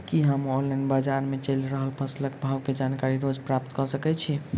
की हम ऑनलाइन, बजार मे चलि रहल फसलक भाव केँ जानकारी रोज प्राप्त कऽ सकैत छी?